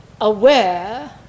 aware